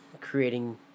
creating